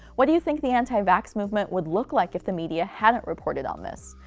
what do you think the anti-vax movement would look like if the media hadn't reported on this?